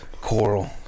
coral